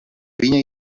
vinya